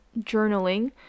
journaling